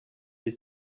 die